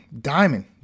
Diamond